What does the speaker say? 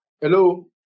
hello